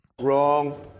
Wrong